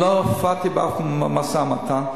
לא הפרעתי באף משא-ומתן.